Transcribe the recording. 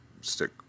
stick